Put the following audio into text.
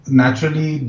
naturally